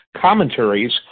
commentaries